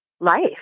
life